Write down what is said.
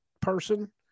person